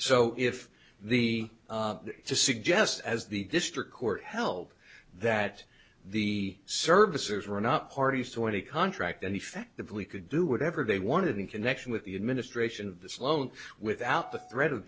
so if the to suggest as the district court held that the servicers were not parties to any contract and effectively could do whatever they wanted in connection with the administration this loan without the threat of